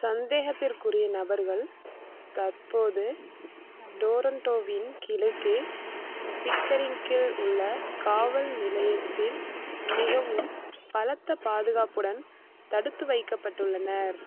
சந்தேகத்திற்குரிய நபர்கள் தற்போது டோரோண்டோவின் கிழக்கே பிக்கரிங்கில் உள்ள காவல் நிலையத்தில் மிகவும் பலத்த பாதுகாப்புடன் தடுத்து வைக்கப்பட்டுள்ளனர்